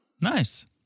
Nice